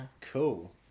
Cool